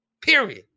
Period